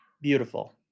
beautiful